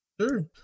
sure